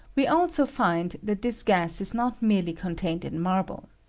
we also find that this gas is not merely contained in marble.